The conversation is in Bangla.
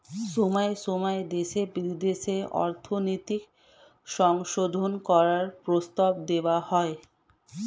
সময়ে সময়ে দেশে বিদেশে অর্থনৈতিক সংশোধন করার প্রস্তাব দেওয়া হয়